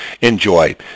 enjoy